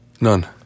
None